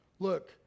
Look